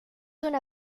una